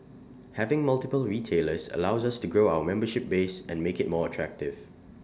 having multiple retailers allows to grow our membership base and make IT more attractive